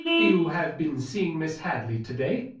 you have been seeing miss hadley to-day?